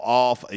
off